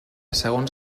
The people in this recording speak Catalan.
segons